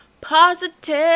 positive